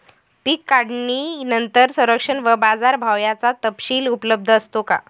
पीक काढणीनंतर संरक्षण व बाजारभाव याचा तपशील उपलब्ध असतो का?